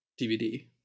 DVD